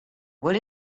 what